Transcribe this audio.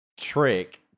trick